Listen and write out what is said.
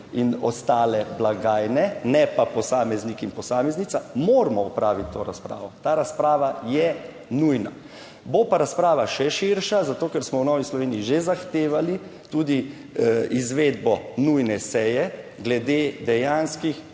in ostale blagajne, ne pa posameznik in posameznica, moramo opraviti to razpravo. Ta razprava je nujna. Bo pa razprava še širša, zato ker smo v novi Sloveniji že zahtevali tudi izvedbo nujne seje glede dejanskih